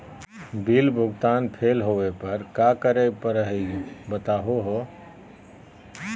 Bill भुगतान fail होवे पर का करै परही, बताहु हो?